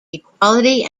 equality